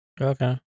Okay